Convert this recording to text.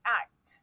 act